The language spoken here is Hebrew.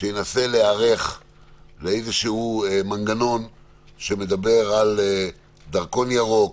לנסות להיערך לאיזשהו מנגנון שמדבר על דרכון ירוק,